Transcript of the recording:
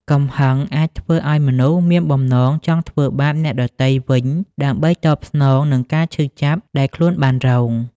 កំហឹងអាចធ្វើឲ្យមនុស្សមានបំណងចង់ធ្វើបាបអ្នកដទៃវិញ ដើម្បីតបស្នងនឹងការឈឺចាប់ដែលខ្លួនបានរង។